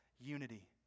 unity